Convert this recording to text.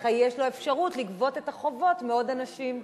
ככה יש לו אפשרות לגבות את החובות מעוד אנשים.